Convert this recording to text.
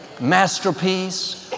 masterpiece